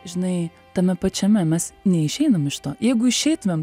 žinai tame pačiame mes neišeinam iš to jeigu išeitumėm